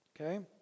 Okay